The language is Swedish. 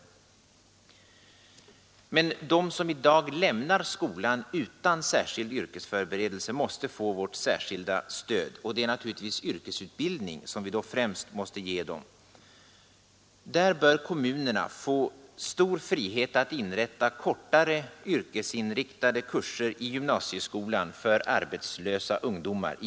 Men de som i dag lämnar skolan utan särskild yrkesförberedelse måste få vårt speciella stöd. Det är naturligtvis yrkesutbildning som vi då främst måste ge dem. Kommunerna bör få stor frihet att inrätta kortare yrkesinriktade kurser i gymnasieskolan för arbetslösa ungdomar.